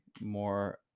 more